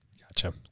Gotcha